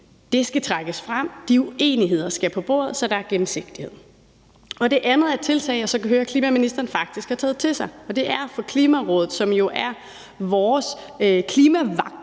det trækkes frem. De uenigheder skal på bordet, så der er gennemsigtighed. Det andet element er et tiltag, jeg så kan høre at klimaministeren faktisk har taget til sig, og det er, at Klimarådet, som jo er den klimavagthund,